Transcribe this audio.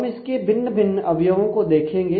हम इसके भिन्न भिन्न अवयवों को देखेंगे